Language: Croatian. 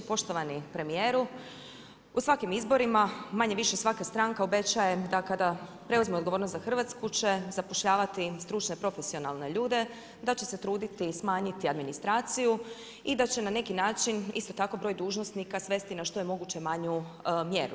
Poštovani premijeru, u svakim izborima manje-više svaka stranka obećava da kada preuzme odgovornost za Hrvatsku će zapošljavati stručne, profesionalne ljude, da će se truditi smanjiti administraciju i da će na neki način isto tako broj dužnosnika svesti na što je moguće manju mjeru.